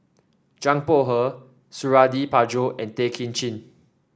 Zhang Bohe Suradi Parjo and Tay Kay Chin